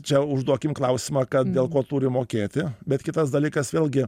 čia užduokim klausimą kad dėl ko turim mokėti bet kitas dalykas vėlgi